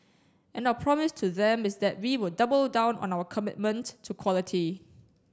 and our promise to them is that we will double down on our commitment to quality